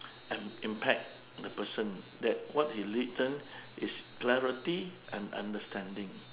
im~ impact the person that what he need then is clarity and understanding